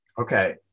Okay